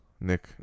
Nick